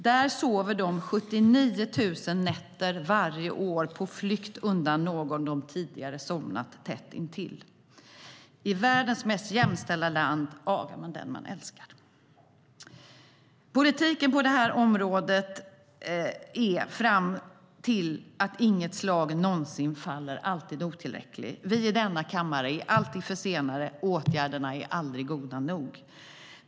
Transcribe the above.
Där sover de 79 000 nätter varje år på flykt undan någon de tidigare somnat tätt intill. I världens mest jämställda land agar man den man älskar. Politiken på det här området är, fram till att inget slag någonsin faller, alltid otillräcklig. Vi i denna kammare är alltid för sena. Åtgärderna är aldrig goda nog.